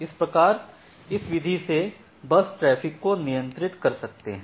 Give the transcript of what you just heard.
इस प्रकार आप इस विधि से बर्स्ट ट्रैफिक को नियंत्रित कर सकते हैं